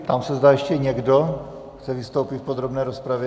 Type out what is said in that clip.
Ptám se, zda ještě někdo chce vystoupit v podrobné rozpravě.